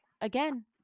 again